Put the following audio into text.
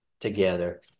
together